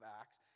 Acts